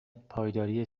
پایداری